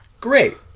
Great